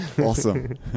Awesome